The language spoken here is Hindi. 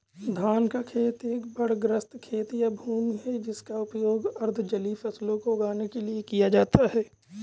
धान का खेत एक बाढ़ग्रस्त खेत या भूमि है जिसका उपयोग अर्ध जलीय फसलों को उगाने के लिए किया जाता है